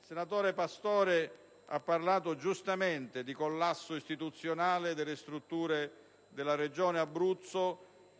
Il senatore Pastore ha parlato giustamente di collasso istituzionale delle strutture della Regione Abruzzo,